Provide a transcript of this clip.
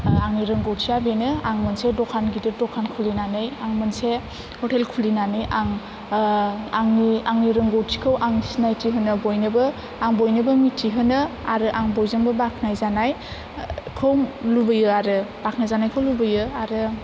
आङो रोंगथिया बेनो आं मोनसे दखान गिदिर दखान खुलिनानै आं मोनसे हटेल खुलिनानै आं आंनि आंनि रोंगथिखौ आं सिनायथि होनो बयनोबो आं बयनोबो मोनथिहोनो आरो आं बयजोंबो बाखनायजानायखौ लुबैयो आरो बाखनायजानायखौ लुबैयो आरो